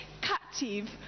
captive